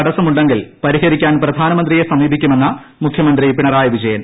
തടസ്സമുണ്ടെങ്കിൽ പരിഹരിക്കാൻ പ്രധാനമന്ത്രിയെ സമീപിക്കുമെന്ന് മുഖ്യമന്ത്രി പിണറായി വിജയൻ